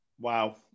Wow